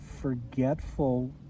forgetful